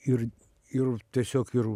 ir ir tiesiog ir